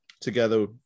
together